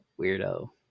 Weirdo